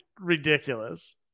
ridiculous